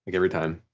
every time.